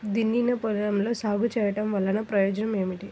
దున్నిన పొలంలో సాగు చేయడం వల్ల ప్రయోజనం ఏమిటి?